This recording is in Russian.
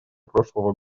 прошлого